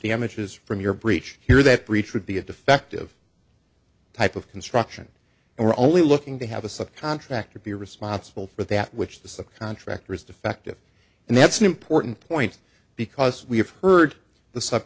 damages from your breach here that breach would be a defective type of construction and we're only looking to have a subcontractor be responsible for that which the subcontractor is defective and that's an important point because we have heard the sub